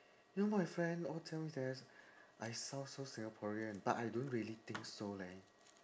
you know my friend all tell me that I sound so singaporean but I don't really think so leh